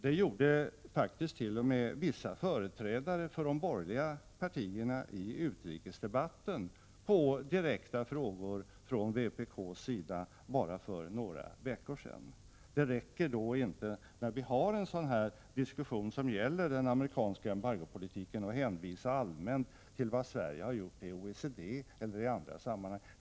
Det gjorde faktiskt t.o.m. vissa företrädare för de borgerliga partierna i utrikesdebatten för bara några veckor sedan på direkta frågor från vpk. När vi för en sådan här diskussion om den amerikanska embargopolitiken, räcker det inte med att hänvisa allmänt till vad Sverige har gjort i OECD eller i andra sammanhang.